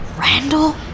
Randall